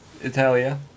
Italia